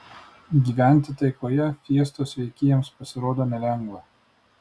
gyventi taikoje fiestos veikėjams pasirodo nelengva